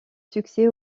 succès